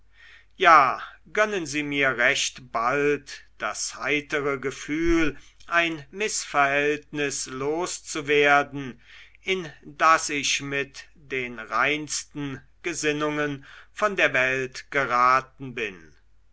ja gönnen sie mir recht bald das heitere gefühl ein mißverhältnis loszuwerden in das ich mit den reinsten gesinnungen von der welt geraten bin